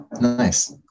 Nice